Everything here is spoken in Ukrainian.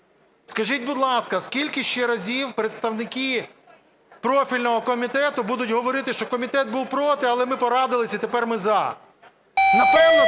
Скажіть, будь ласка, скільки ще разів представники профільного комітету будуть говорити, що комітет був проти, але "ми порадилися і тепер ми –